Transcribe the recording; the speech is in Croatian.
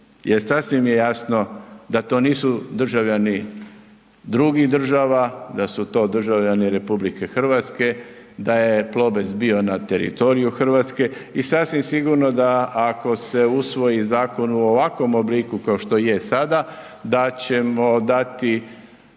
sasvim je jasno da to nisu državljani drugih država, da su to državljani RH, da je Plobest bio na teritoriju RH i sasvim sigurno da ako se usvoji zakon u ovakvom obliku kao što je sada, da ćemo dati